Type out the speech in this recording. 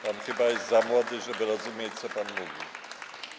Pan chyba jest za młody, żeby rozumieć, co pan mówi.